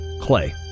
Clay